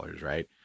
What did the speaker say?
right